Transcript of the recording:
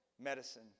medicine